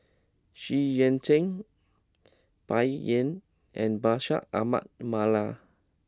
Xu Yuan Zhen Bai Yan and Bashir Ahmad Mallal